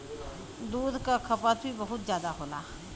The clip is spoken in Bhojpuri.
दूध क खपत भी बहुत जादा होला